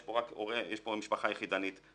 יש פה משפחה יחידנית,